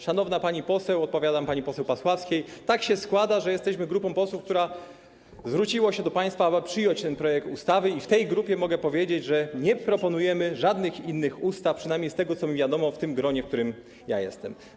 Szanowna pani poseł, odpowiadam pani poseł Pasławskiej, tak się składa, że jesteśmy grupą posłów, która zwróciła się do państwa, aby przyjąć ten projekt ustawy, i mogę powiedzieć, że w tej grupie nie proponujemy żadnych innych ustaw, przynajmniej z tego, co mi wiadomo, w tym gronie, w którym ja jestem.